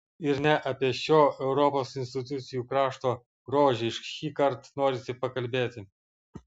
ir ne apie šio europos institucijų krašto grožį šįkart norisi pakalbėti